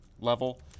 level